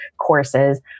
courses